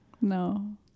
no